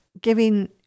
giving